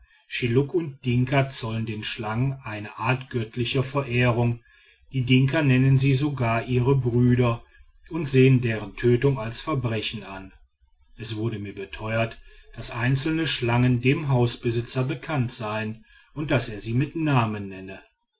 schilluk und dinka zollen den schlangen eine art göttlicher verehrung die dinka nennen sie sogar ihre brüder und sehen deren tötung als verbrechen an es wurde mir beteuert daß einzelne schlangen dem hausbesitzer bekannt seien und daß er sie mit namen nenne